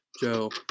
Joe